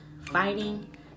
fighting